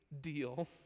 deal